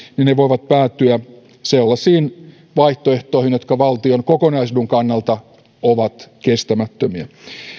niin ne voivat päätyä sellaisiin vaihtoehtoihin jotka valtion kokonaisedun kannalta ovat kestämättömiä